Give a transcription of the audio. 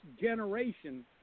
generation